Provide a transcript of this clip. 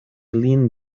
lin